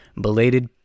belated